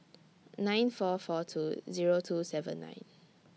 nine four four two Zero two seven nine